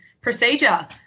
procedure